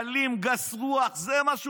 אלים, גס רוח, זה מה שהוא.